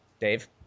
Dave